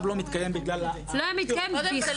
זה לא מתקיים בגלל --- זה לא היה מתקיים בכלל?